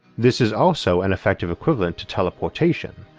this is also an effective equivalent to teleportation,